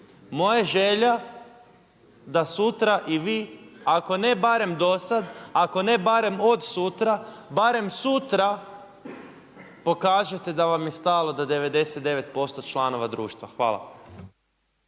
je želja da sutra i vi, ako ne barem do sad, ako ne barem od sutra, barem sutra pokažete da vam je stalo do 99% članova društva. Hvala.